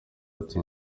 ati